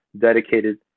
dedicated